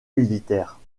militaire